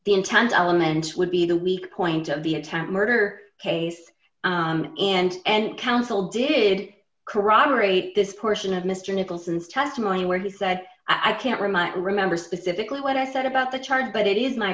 intent elemental would be the weak point of the attack murder case and and counsel did it corroborate this portion of mr nicholson's testimony where he said i can't remind remember specifically what i said about the charge but it is my